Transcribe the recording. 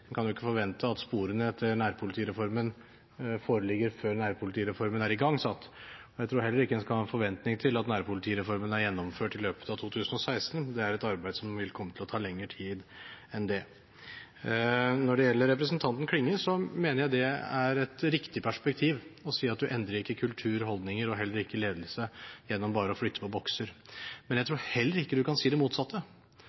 kan ikke forvente at sporene etter nærpolitireformen foreligger før nærpolitireformen er igangsatt. Jeg tror heller ikke at man skal ha forventninger om at nærpolitireformen er gjennomført i løpet av 2016, dette er et arbeid som vil komme til å ta lengre tid enn det. Når det gjelder representanten Klinge, mener jeg det er et riktig perspektiv å si at man endrer ikke kultur og holdninger – og heller ikke ledelse – gjennom bare å flytte på bokser. Men jeg tror heller ikke man kan si det motsatte: